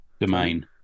Domain